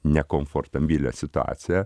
nekomfortabilią situaciją